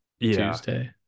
Tuesday